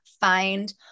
find